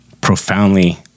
profoundly